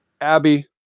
Abby